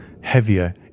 heavier